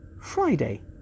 Friday